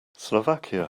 slovakia